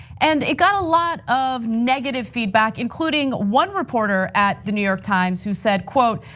and it got a lot of negative feedback including one reporter at the new york times who said quote,